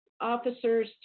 officers